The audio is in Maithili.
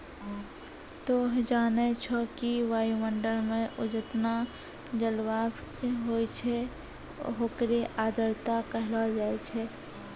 तोहं जानै छौ कि वायुमंडल मं जतना जलवाष्प होय छै होकरे आर्द्रता कहलो जाय छै